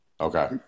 Okay